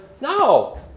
No